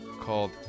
called